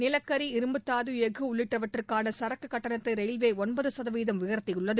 நிலக்கரி இரும்புத்தாது எஃகு உள்ளிட்டவற்றுக்கான சரக்குக் கட்டணத்தை ரயில்வே ஒன்பது சதவீதம் உயர்த்தியுள்ளது